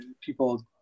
people